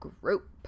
group